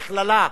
מכללה,